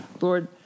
Lord